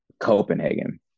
Copenhagen